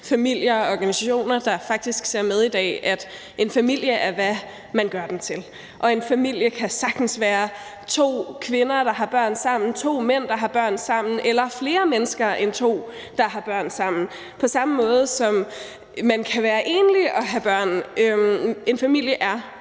lgbt+-familier og -organisationer, der faktisk ser med i dag, at en familie er, hvad man gør den til. En familie kan sagtens være to kvinder, der har børn sammen, to mænd, der har børn sammen, eller flere mennesker end to, der har børn sammen, på samme måde, som man kan være enlig og have børn. En familie er,